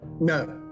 No